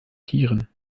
tieren